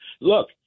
Look